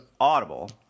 Audible